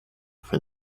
for